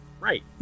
Right